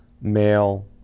male